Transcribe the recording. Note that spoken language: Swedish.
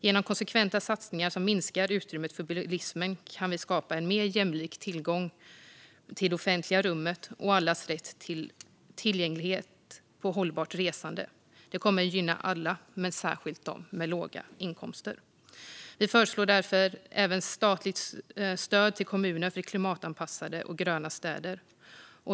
Genom konsekventa satsningar som minskar utrymmet för bilismen kan vi skapa en mer jämlik tillgång till det offentliga rummet och ge alla rätt till tillgängligt och hållbart resande. Det kommer att gynna alla, men särskilt dem med långa inkomster. Vi föreslår även statligt stöd till kommuner för klimatanpassade och grönare städer.